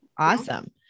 awesome